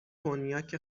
کنیاک